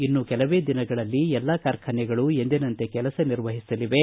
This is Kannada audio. ಇನ್ನೂ ಕೆಲವೇ ದಿನಗಳಲ್ಲಿ ಎಲ್ಲಾ ಕಾರ್ಖಾನೆಗಳು ಎಂದಿನಂತೆ ಕೆಲಸ ನಿರ್ವಹಿಸಲಿವೆ